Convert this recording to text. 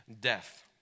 death